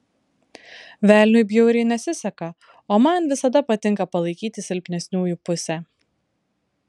velniui bjauriai nesiseka o man visada patinka palaikyti silpnesniųjų pusę